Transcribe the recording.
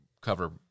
cover